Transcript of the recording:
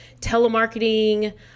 telemarketing